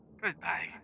Goodbye